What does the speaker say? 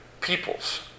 peoples